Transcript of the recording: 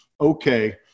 okay